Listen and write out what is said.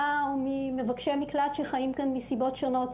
או מבקשי מקלט שחיים כאן מסיבות שונות,